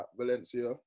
Valencia